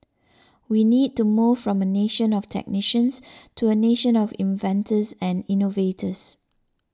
we need to move from a nation of technicians to a nation of inventors and innovators